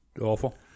Awful